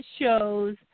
shows